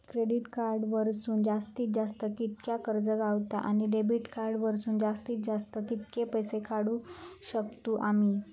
Credit card वरसून जास्तीत जास्त कितक्या कर्ज गावता, आणि डेबिट कार्ड वरसून जास्तीत जास्त कितके पैसे काढुक शकतू आम्ही?